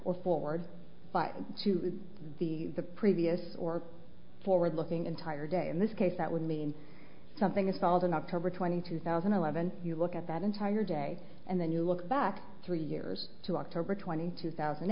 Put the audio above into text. or forward to the previous or forward looking entire day in this case that would mean something is called an october twentieth two thousand and eleven you look at that entire day and then you look back three years to october twenty ninth two thousand